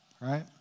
right